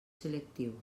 selectiu